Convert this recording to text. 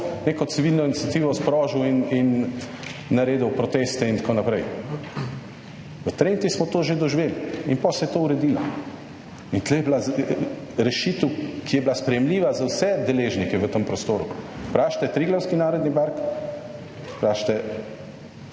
neko civilno iniciativo sprožil in naredil proteste in tako naprej. V Trenti smo to že doživeli in pol se je to uredilo in tu je bila rešitev, ki je bila sprejemljiva za vse deležnike v tem prostoru. Vprašajte Triglavski narodni park, vprašajte